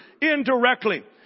indirectly